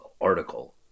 article